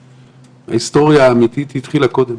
ההיסטוריה האמיתית התחילה קודם,